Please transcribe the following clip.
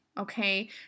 okay